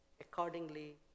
accordingly